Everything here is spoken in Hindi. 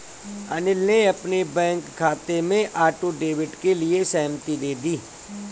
अनिल ने अपने बैंक खाते में ऑटो डेबिट के लिए सहमति दे दी